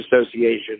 Association